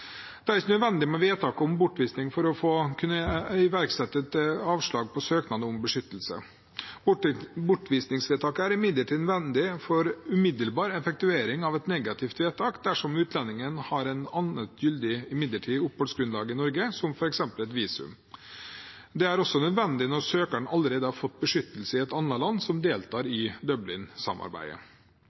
Det er ikke nødvendig med vedtak om bortvisning for å kunne iverksette et avslag på søknad om beskyttelse. Bortvisningsvedtak er imidlertid nødvendig for umiddelbar effektuering av et negativt vedtak dersom utlendingen har et annet gyldig midlertidig oppholdsgrunnlag i Norge, som f.eks. et visum. Det er også nødvendig når søkeren allerede har fått beskyttelse i et annet land som deltar i